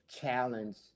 challenge